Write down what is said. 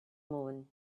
moon